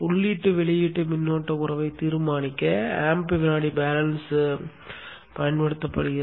உள்ளீட்டு வெளியீட்டு மின்னோட்ட உறவை தீர்மானிக்க ஆம்ப் வினாடி பேலன்ஸ் பயன்படுத்தப்படுகிறது